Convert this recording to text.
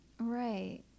Right